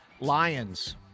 Lions